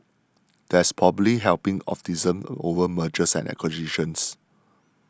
that's probably helping optimism over mergers and acquisitions